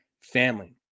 family